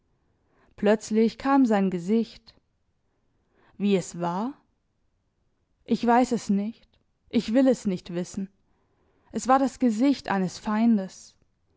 plötzlich kam sein gesicht wie es war ich weiß es nicht ich will es nicht wissen es war das gesicht eines feindes